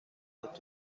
هدف